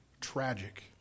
tragic